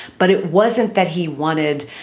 but it wasn't that he wanted.